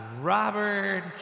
Robert